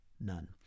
None